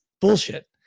bullshit